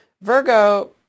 Virgo